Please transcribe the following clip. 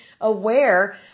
aware